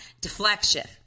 Deflection